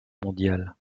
mondial